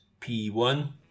P1